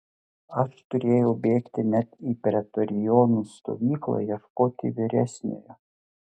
aš turėjau bėgti net į pretorionų stovyklą ieškoti vyresniojo